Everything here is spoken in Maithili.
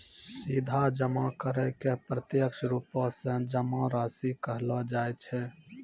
सीधा जमा करै के प्रत्यक्ष रुपो से जमा राशि कहलो जाय छै